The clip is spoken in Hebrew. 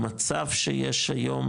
במצב שיש היום,